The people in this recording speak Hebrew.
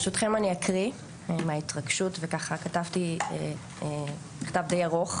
ברשותכם אני אקריא מההתרגשות וככה כתבתי מכתב די ארוך,